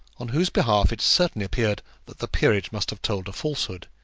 on whose behalf it certainly appeared that the peerage must have told a falsehood